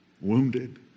wounded